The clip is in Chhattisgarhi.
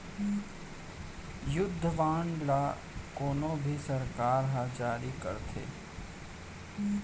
युद्ध बांड ल कोनो भी सरकार ह जारी करथे